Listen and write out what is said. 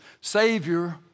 Savior